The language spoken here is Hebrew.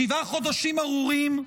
שבעה חודשים ארורים,